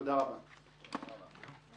תודה רבה, אני נועל את הישיבה.